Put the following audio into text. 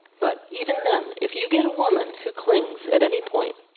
but, even then, if you get a woman who clings, at any point,